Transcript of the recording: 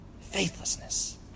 Faithlessness